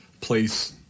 place